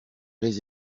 les